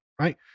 right